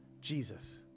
Jesus